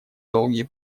долгий